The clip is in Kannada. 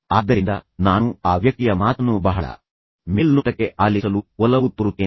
ಆದ್ದರಿಂದ ನಾನು ಆ ವ್ಯಕ್ತಿಯ ಮಾತನ್ನು ಬಹಳ ಮೇಲ್ನೋಟಕ್ಕೆ ಆಲಿಸಲು ಒಲವು ತೋರುತ್ತೇನೆ